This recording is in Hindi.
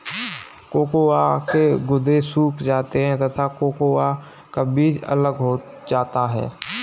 कोकोआ के गुदे सूख जाते हैं तथा कोकोआ का बीज अलग हो जाता है